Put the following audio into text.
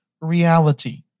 reality